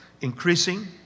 increasing